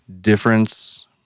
difference